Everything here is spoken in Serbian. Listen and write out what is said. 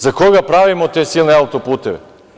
Za koga pravimo te silne autoputeve?